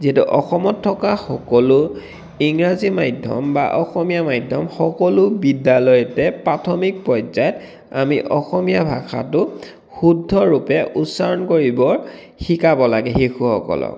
যিহেতু অসমত থকা সকলো ইংৰাজী মাধ্যম বা অসমীয়া মাধ্যম সকলো বিদ্যালয়তে প্ৰাথমিক পৰ্যায়ত আমি অসমীয়া ভাষাটোক শুদ্ধৰূপে উচ্চাৰণ কৰিবৰ শিকাব লাগে শিশুসকলক